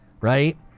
right